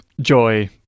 joy